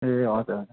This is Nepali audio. ए हजुर